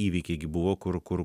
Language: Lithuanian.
įvykiai gi buvo kur kur